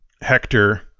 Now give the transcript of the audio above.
Hector